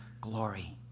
glory